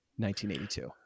1982